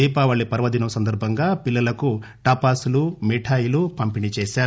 దీపావళి పర్వదినం సందర్భంగా పిల్లలకు టపాసులు మిఠాయిలు పంపిణీ చేశారు